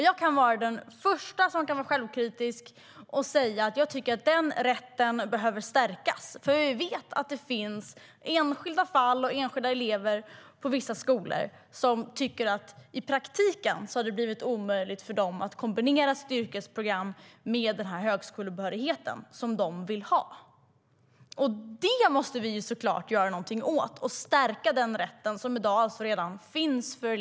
Jag är den första att vara självkritisk och säga att den rätten behöver stärkas. Vi vet nämligen att det finns fall där enskilda elever på vissa skolor tycker att det i praktiken har blivit omöjligt för dem att kombinera sitt yrkesprogram med den högskolebehörighet de vill ha. Det måste vi såklart göra någonting åt; vi måste såklart stärka rätten för eleverna att läsa in högskolebehörighet, som alltså finns redan i dag.